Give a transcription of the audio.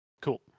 Cool